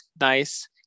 nice